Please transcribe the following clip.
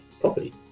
property